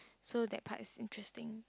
so that part is interesting